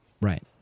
Right